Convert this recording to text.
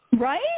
right